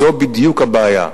זו בדיוק הבעיה.